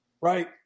right